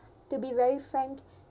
to be very frank